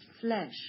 flesh